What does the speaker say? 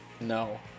No